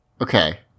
Okay